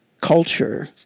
culture